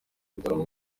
mutarama